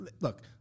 look